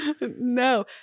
No